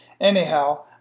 Anyhow